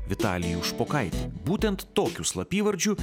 vitalijų špokaitį būtent tokiu slapyvardžiu